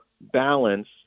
balance